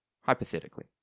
hypothetically